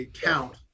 count